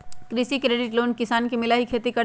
कृषि credit loan किसान के मिलहई खेती करेला?